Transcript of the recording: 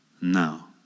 now